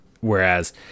Whereas